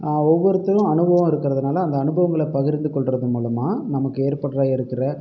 ஒவ்வொருத்தரும் அனுபவம் இருக்கிறதுனால அந்த அனுபவங்களை பகிர்ந்து கொள்கிறது மூலமாக நமக்கு ஏற்படுற இருக்கிற